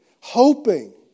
hoping